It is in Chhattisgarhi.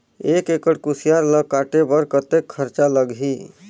एक एकड़ कुसियार ल काटे बर कतेक खरचा लगही?